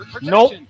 Nope